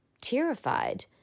terrified